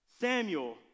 Samuel